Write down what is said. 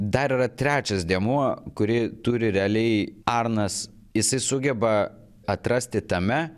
dar yra trečias dėmuo kuri turi realiai arnas jisai sugeba atrasti tame